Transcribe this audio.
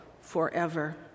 forever